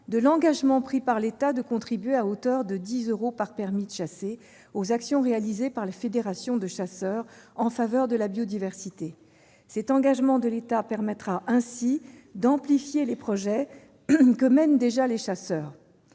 de l'engagement pris par l'État de contribuer à hauteur de 10 euros par permis de chasser aux actions réalisées par les fédérations de chasseurs en faveur de la biodiversité. Cet engagement de l'État permettra ainsi d'amplifier les projets que mènent déjà les chasseurs.